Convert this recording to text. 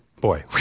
boy